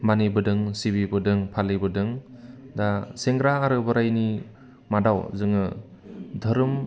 मानिबोदों सिबिबोदों फालिबोदों दा सेंग्रा आरो बोराइनि मादाव जोङो धोरोम